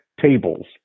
tables